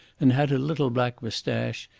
and had a little black moustache,